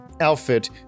outfit